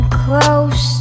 close